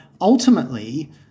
ultimately